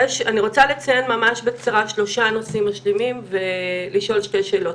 אני רוצה לציין ממש בקצרה שלושה נושאים משלימים ולשאול שתי שאלות.